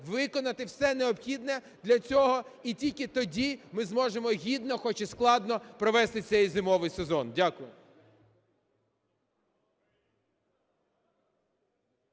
виконати все необхідне для цього, і тільки тоді ми зможемо гідно, хоч і складно, провести цей зимовий сезон. Дякую.